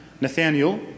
Nathaniel